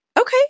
okay